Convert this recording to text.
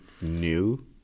new